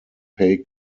pay